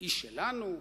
היא שלנו?